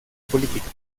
política